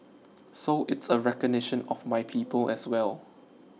so it's a recognition of my people as well